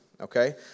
okay